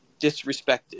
disrespected